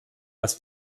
was